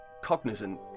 cognizant